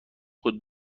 خود